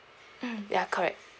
mm ya correct